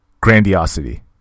grandiosity